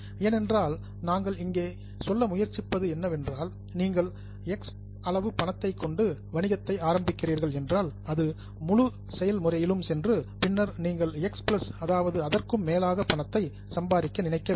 ஏனென்றால் நாங்கள் இங்கே சொல்ல முயற்சிப்பது என்னவென்றால் நீங்கள் எக்ஸ் அளவு பணத்தை கொண்டு வணிகத்தை ஆரம்பிக்கிறீர்கள் என்றால் அது முழு செயல் முறையிலும் சென்று பின்னர் நீங்கள் எக்ஸ் பிளஸ் அதாவது அதற்கும் மேலாக பணத்தை சம்பாதிக்க நினைக்க வேண்டும்